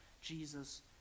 Jesus